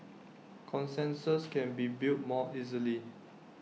consensus can be built more easily